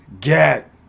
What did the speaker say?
get